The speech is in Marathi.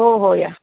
हो हो या